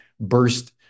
burst